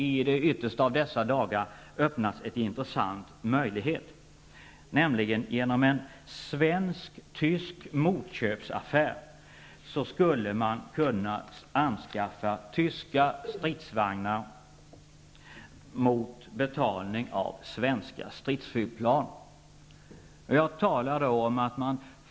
I de yttersta av dessa dagar har öppnats en intressant möjlighet, nämligen att i en svensk-tysk motköpsaffär anskaffa tyska stridsvagnar mot betalning i svenska stridsflygplan.